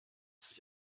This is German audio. sich